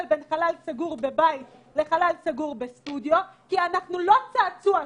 בין חלל סגור בבית לחלל סגור בסטודיו כי אנחנו לא צעצוע שלכם.